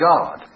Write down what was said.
God